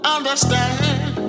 Understand